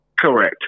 correct